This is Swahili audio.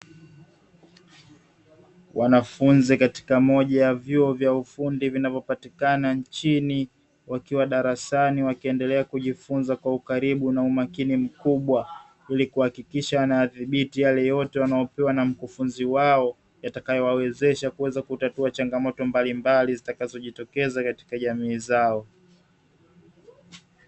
Wanafunzi katika moja ya vyuo vya Ufundi vinavyopatikana nchini, wakiwa darasani wakiendelea kujifunza kwa ukaribu na umakini mkubwa, ili kuhakikisha wanayadhibiti yale yote wanayopewa na mkufunzi wao, yatakayowawezesha kuweza kutatua changamoto mbalimbali zitakazojitokeza katika jamii zao.